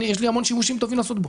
יש לי המון שימושים טובים לעשות בו.